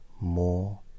More